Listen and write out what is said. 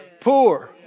poor